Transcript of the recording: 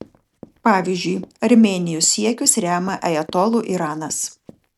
pavyzdžiui armėnijos siekius remia ajatolų iranas